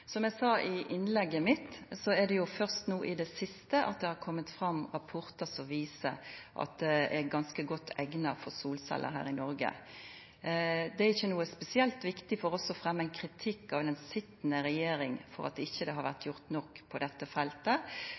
Som eg sa i innlegget mitt, er det først no i det siste at det har kome rapportar som viser at Noreg eignar seg ganske godt for solceller. Det er ikkje spesielt viktig for oss å fremja kritikk av den sitjande regjeringa for at det ikkje har blitt gjort nok på dette feltet.